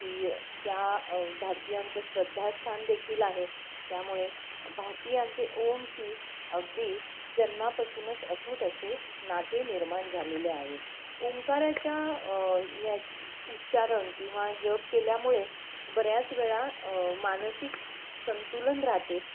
ही त्या भारतीयांचं श्रद्धास्थान देखील आहे त्यामुळे भारतीयांचे ओमशी अगदी जन्मापासूनच अतुट असे नाते निर्माण झालेले आहे ओमकाराच्या या उच्चारण किंवा जप केल्यामुळे बऱ्याच वेळा मानसिक संतुलन राहते